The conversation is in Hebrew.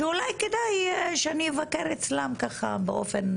שאולי כדאי שאני אבקר אצלם באופן